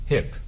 Hip